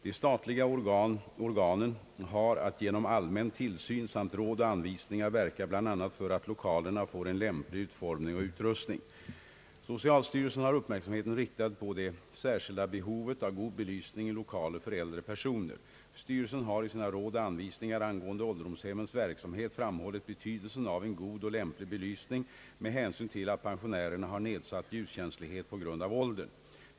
De statliga organen har att genom allmän tillsyn samt råd och anvisningar verka bl.a. för att lokalerna får en lämplig utformning och utrustning. Socialstyrelsen har uppmärksamheten riktad på det särskilda behovet av god belysning i lokaler för äldre personer. Styrelsen har i sina råd och anvisningar angående ålderdomshemmens verksamhet framhållit betydelsen av en god och lämplig belysning med hänsyn till att pensionärerna har nedsatt ljuskänslighet på grund av åldern.